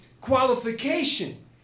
qualification